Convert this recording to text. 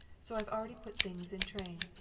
so i've already put things in train.